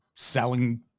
selling